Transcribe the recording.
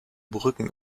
brücken